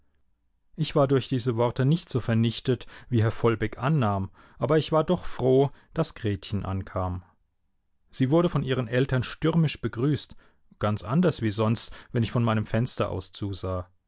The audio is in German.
ich war durch diese worte nicht so vernichtet wie herr vollbeck annahm aber ich war doch froh daß gretchen ankam sie wurde von ihren eltern stürmisch begrüßt ganz anders wie sonst wenn ich von meinem fenster aus zusah